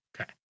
Okay